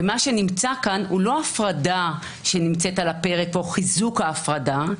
ומה שנמצא כאן הוא לא הפרדה שנמצאת על הפרק או חיזוק ההפרדה,